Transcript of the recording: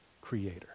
Creator